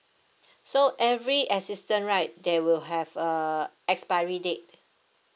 so every assistance right they will have a expiry date